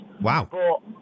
Wow